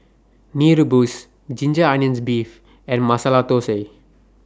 Mee Rebus Ginger Onions Beef and Masala Thosai